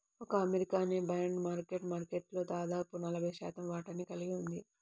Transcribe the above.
ఒక్క అమెరికానే bond market మార్కెట్లో దాదాపు నలభై శాతం వాటాని కలిగి ఉంది